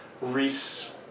Reese